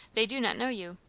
they do not know you.